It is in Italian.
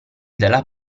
dalla